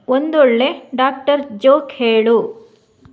ಒಂದೊಳ್ಳೆಯ doctor joke ಹೇಳು